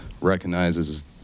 recognizes